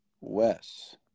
Wes